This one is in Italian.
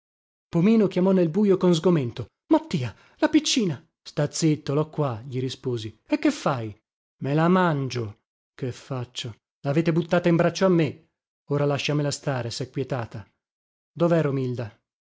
pomino chiamò nel bujo con sgomento mattia la piccina sta zitto lho qua gli risposi e che fai me la mangio che faccio lavete buttata in braccio a me ora lasciamela stare sè quietata dovè romilda